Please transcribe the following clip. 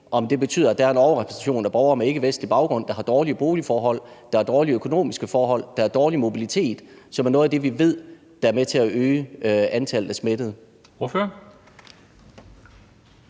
om det betyder, at der er en overrepræsentation af borgere med ikkevestlig baggrund, der har dårlige boligforhold, der har dårlige økonomiske forhold, der har dårlig mobilitet, som er noget af det, som vi ved der er med til at øge antallet af smittede.